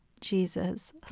Jesus